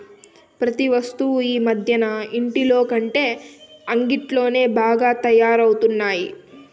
ప్రతి వస్తువు ఈ మధ్యన ఇంటిలోకంటే అంగిట్లోనే బాగా తయారవుతున్నాయి